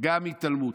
גם התעלמות.